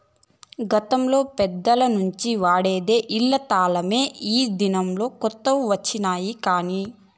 గతంలో పెద్దల నుంచి వాడేది ఇలా తలమే ఈ దినాల్లో కొత్త వచ్చినాయి కానీ